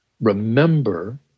remember